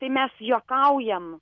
tai mes juokaujam